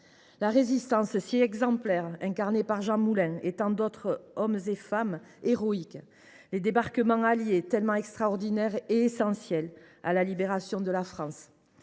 la Résistance, ô combien exemplaire, incarnée par Jean Moulin et tant d’autres hommes et femmes héroïques ; celles des débarquements alliés, à la fois extraordinaires et essentiels à la libération de la France.